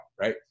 right